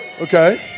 okay